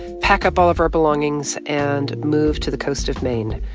pack up all of our belongings and move to the coast of maine.